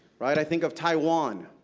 right, i think of taiwan,